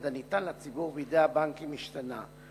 הניתן לציבור בידי הבנקים השתנה.